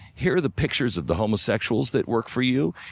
here are the pictures of the homosexuals that work for you.